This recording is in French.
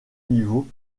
niveau